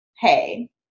hey